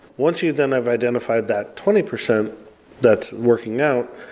once you then have identified that twenty percent that's working out,